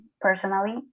personally